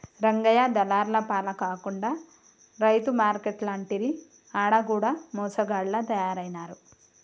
రంగయ్య దళార్ల పాల కాకుండా రైతు మార్కేట్లంటిరి ఆడ కూడ మోసగాళ్ల తయారైనారు